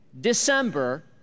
December